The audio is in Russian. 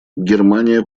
германия